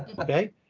Okay